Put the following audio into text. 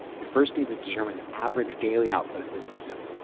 we first need to determine the average daily output of this system.